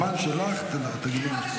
בזמן שלך תגידי,